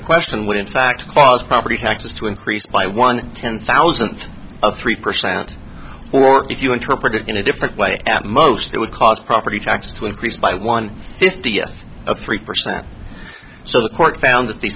at question would in fact cause property taxes to increase by one ten thousandth of three percent or if you interpret it in a different way at most it would cost property tax to increase by one fifty three percent so the court found that the